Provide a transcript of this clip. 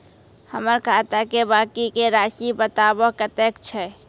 हमर खाता के बाँकी के रासि बताबो कतेय छै?